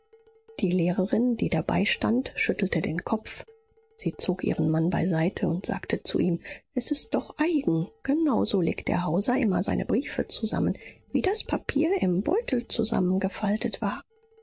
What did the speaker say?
die lehrerin die dabeistand schüttelte den kopf sie zog ihren mann beiseite und sagte zu ihm es ist doch eigen genau so legt der hauser immer seine briefe zusammen wie das papier im beutel zusammengefaltet war